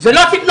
זה לא הסגנון.